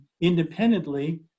independently